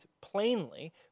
plainly